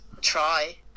try